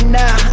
now